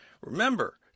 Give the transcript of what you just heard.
remember